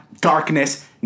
darkness